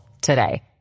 today